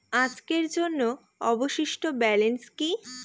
আজকের জন্য অবশিষ্ট ব্যালেন্স কি?